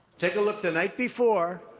take a look. the night before,